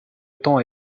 temps